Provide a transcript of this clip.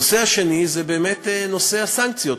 הנושא השני זה באמת נושא הסנקציות,